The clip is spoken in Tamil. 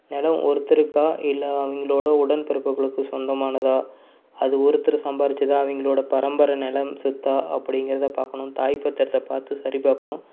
நிலம் ஒருத்தருக்கா இல்லை அவங்களோட உடன்பிறப்புகளுக்குச் சொந்தமானதா அது ஒருத்தர் சம்பாரித்ததா அவங்களோட பரம்பரை நிலம் சொத்தா அப்படிங்கறத பார்க்கணும் தாய் பத்தரத்தை பார்த்து சரி பார்க்கணும்